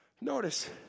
Notice